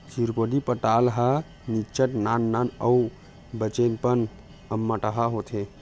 चिरपोटी पताल ह निच्चट नान नान अउ बनेचपन अम्मटहा होथे